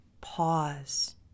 pause